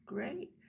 Great